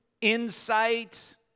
insight